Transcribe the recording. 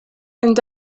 and